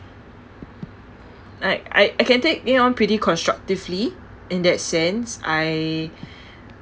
like I I can take you know pretty constructively in that sense I